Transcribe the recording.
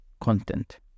content